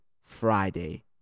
Friday